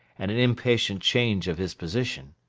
and an impatient change of his position.